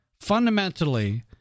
fundamentally